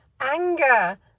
anger